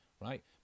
right